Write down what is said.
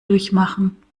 durchmachen